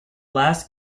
last